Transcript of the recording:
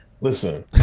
Listen